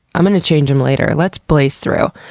i'm gonna change em later. let's blaze through.